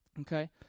okay